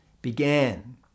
Began